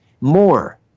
More